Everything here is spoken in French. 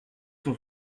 cent